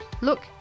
look